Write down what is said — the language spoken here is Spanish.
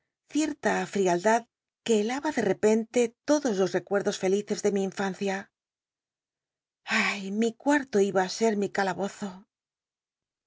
cierta frialdad que helaba de re cnte todos los recuedos felices de mi infancia to iba ti ser mi calabozo